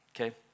Okay